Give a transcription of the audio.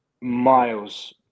miles